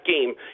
game